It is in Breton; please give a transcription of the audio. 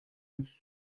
eus